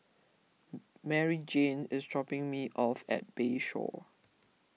Maryjane is dropping me off at Bayshore